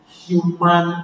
human